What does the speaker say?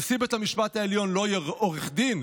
נשיא בית המשפט העליון לא יהיה עורך דין?